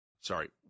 sorry